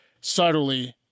subtly